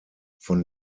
von